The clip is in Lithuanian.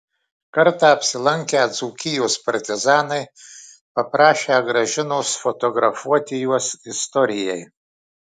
kartą apsilankę dzūkijos partizanai paprašę gražinos fotografuoti juos istorijai